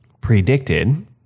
predicted